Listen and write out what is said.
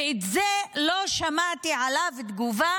ועל זה לא שמעתי תגובה,